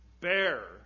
bear